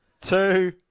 two